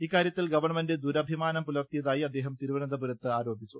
ഇക്കാര്യത്തിൽ ഗവൺമെന്റ് ദുരഭിമാനം പുലർത്തിയതായി അദ്ദേഹം തിരുവനന്തപുരത്ത് ആരോപിച്ചു